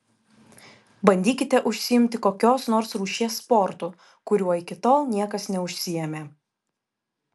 bandykite užsiimti kokios nors rūšies sportu kuriuo iki tol niekas neužsiėmė